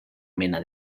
mena